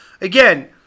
again